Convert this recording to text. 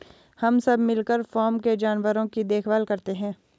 हम सब मिलकर फॉर्म के जानवरों की देखभाल करते हैं